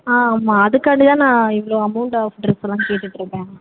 ஆ ஆமாம் அதுக்காண்டி தான் நான் இவ்வளோ அமௌண்ட் ஆஃப் ட்ரஸ்லாம் கேட்டுட்டுயிருக்கேன்